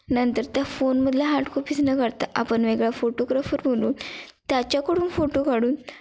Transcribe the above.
नंतर त्या फोनमधल्या हार्ड कॉपीज न कढता आपण वेगळा फोटोग्राफर बोलवून त्याच्याकडून फोटो काढून